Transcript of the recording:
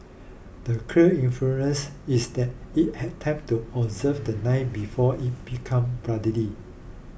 the clear inference is that it had time to observe the knife before it became bloody